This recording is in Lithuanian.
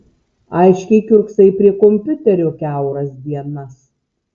aiškiai kiurksai prie kompiuterio kiauras dienas